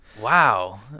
Wow